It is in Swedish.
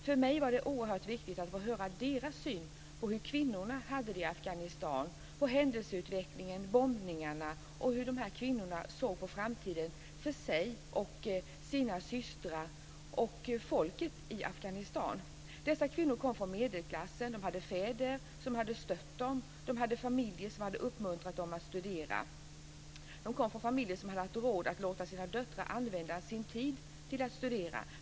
För mig var det oerhört viktigt att få höra deras syn på hur kvinnorna har det i Afghanistan, på händelseutvecklingen och bombningarna och hur de såg på framtiden för sig och sina systrar och folket i Dessa kvinnor kom från medelklassen. De hade fäder som hade stött dem. De hade familjer som hade uppmuntrat dem att studera. De kom från familjer som hade haft råda att låta sina döttrar använda sin tid till att studera.